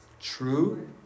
true